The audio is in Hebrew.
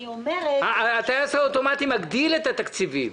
אני אומרת --- הטייס האוטומטי מגדיל את התקציבים.